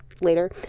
later